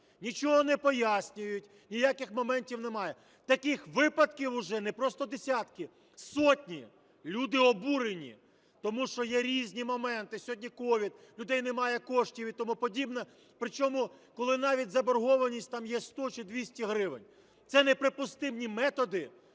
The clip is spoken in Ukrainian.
Нічого не пояснюють, ніяких моментів немає. Таких випадків уже не просто десятки – сотні. Люди обурені, тому що є різні моменти, сьогодні COVID, у людей немає коштів і тому подібне, причому коли навіть заборгованість там є 100 чи 200 гривень. Це неприпустимі методи,